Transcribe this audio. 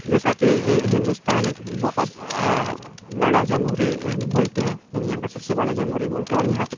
جیسا کہ ہندوستان ایک بہت بڑا جمہوری ملک ہے دنیا کا سب سے بڑا جمہوری ملک اور یہاں پہ